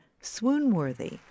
swoon-worthy